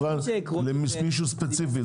רק ליצרן או למישהו ספציפי.